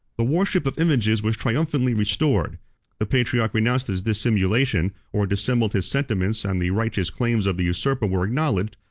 the worship of images was triumphantly restored the patriarch renounced his dissimulation, or dissembled his sentiments and the righteous claims of the usurper was acknowledged,